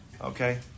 Okay